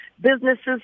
businesses